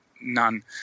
none